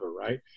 right